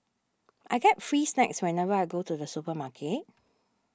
I get free snacks whenever I go to the supermarket